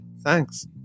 Thanks